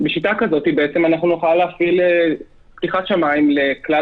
בשיטה כזאת נוכל להפעיל פתיחת שמים לכלל